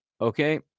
Okay